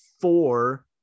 four –